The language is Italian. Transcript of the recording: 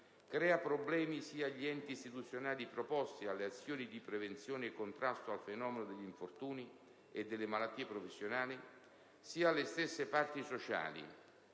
crea problemi sia agli enti istituzionali preposti alle azioni di prevenzione e contrasto al fenomeno degli infortuni e delle malattie professionali sia alle stesse parti sociali